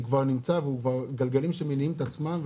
כי הוא כבר נמצא וזה כבר גלגלים שמניעים את עצמם,